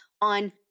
on